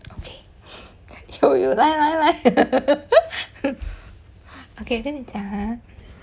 okay 有有来来来 okay 跟你讲 !huh!